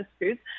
foods